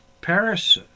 Paris